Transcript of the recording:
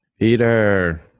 peter